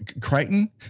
Crichton